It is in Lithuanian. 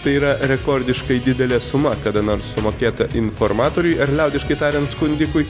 tai yra rekordiškai didelė suma kada nors sumokėta informatoriui ar liaudiškai tariant skundikui